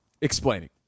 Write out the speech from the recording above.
explaining